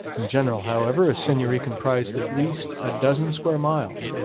in general, however, a seigneury comprised at least a dozen square miles,